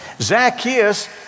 Zacchaeus